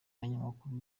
abanyamakuru